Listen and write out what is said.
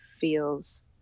feels